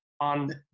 on